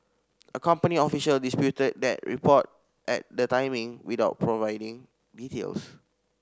a company official disputed that report at the timing without providing details